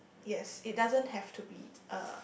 yes it doesn't have to be a